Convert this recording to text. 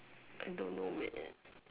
I don't know man